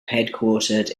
headquartered